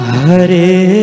Hare